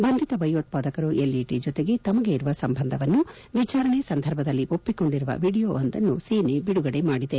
ಬಂಧಿತ ಭಯೋತ್ವಾದಕರು ಎಲ್ಇಟ ಜೊತೆಗೆ ತಮಗೆ ಇರುವ ಸಂಬಂಧವನ್ನು ವಿಚಾರಣೆ ಸಂದರ್ಭದಲ್ಲಿ ಒಪ್ಪಿಕೊಂಡಿರುವ ವಿಡಿಯೋವೊಂದನ್ನು ಸೇನೆ ಬಿಡುಗಡೆ ಮಾಡಿದೆ